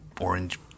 orange